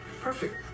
Perfect